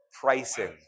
pricing